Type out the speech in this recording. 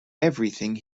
everything